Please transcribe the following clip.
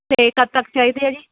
ਅਤੇ ਕਦ ਤੱਕ ਚਾਹੀਦੇ ਆ ਜੀ